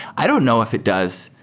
i don't know if it does.